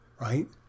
Right